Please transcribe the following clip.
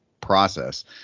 process